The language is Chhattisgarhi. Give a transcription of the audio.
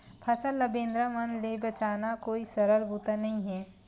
फसल ल बेंदरा मन ले बचाना कोई सरल बूता नइ हे